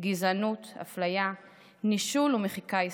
גזענות, אפליה, נישול ומחיקה היסטורית.